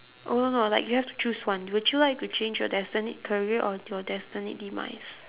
oh no no like you have to choose one would you like to change your destined career or your destined demise